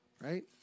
right